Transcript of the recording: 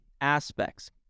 aspects